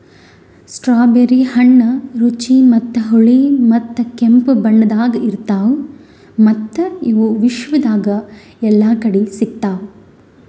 strawberry ಹಣ್ಣ ರುಚಿ ಮತ್ತ ಹುಳಿ ಮತ್ತ ಕೆಂಪು ಬಣ್ಣದಾಗ್ ಇರ್ತಾವ್ ಮತ್ತ ಇವು ವಿಶ್ವದಾಗ್ ಎಲ್ಲಾ ಕಡಿ ಸಿಗ್ತಾವ್